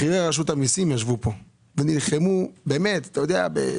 בכירי רשות המיסים ישבו פה ונלחמו על ההון